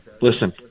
listen